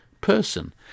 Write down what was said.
person